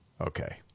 Okay